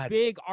big